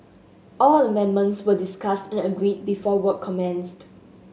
all amendments were discussed and agreed before work commenced